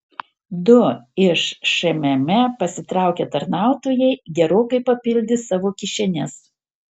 du iš šmm pasitraukę tarnautojai gerokai papildė savo kišenes